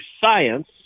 science